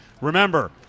Remember